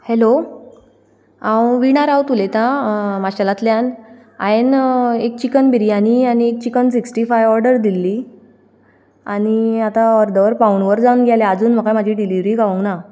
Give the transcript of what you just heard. hello हांव विणा राउत उलयतां माशेलांतल्यान हांवें एक चिकन बिरयानी आनी चिकन सिक्स्टी फायव्ह ऑर्डर दिल्ली आनी आतां अर्द वर पावण वर जावन गेलें आजून म्हाका म्हजी डिलिव्हरी गावूंक ना